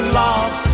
love